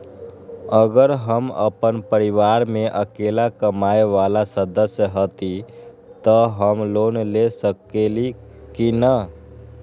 अगर हम अपन परिवार में अकेला कमाये वाला सदस्य हती त हम लोन ले सकेली की न?